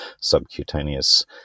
subcutaneous